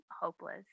hopeless